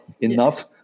enough